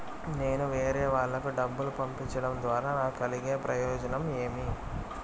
నేను వేరేవాళ్లకు డబ్బులు పంపించడం ద్వారా నాకు కలిగే ప్రయోజనం ఏమి?